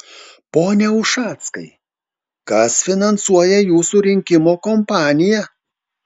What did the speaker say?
pone ušackai kas finansuoja jūsų rinkimų kompaniją